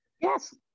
Yes